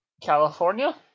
California